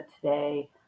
today